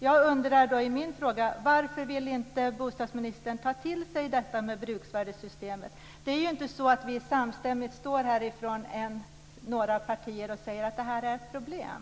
Jag undrar varför bostadsministern inte vill ta till sig detta med bruksvärdessystemet. Det är inte så att vi samstämmigt står här från några partier och hittar på att det här är ett problem.